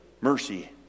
mercy